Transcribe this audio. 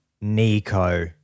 Nico